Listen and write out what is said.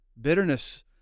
Bitterness